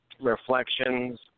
reflections